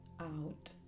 out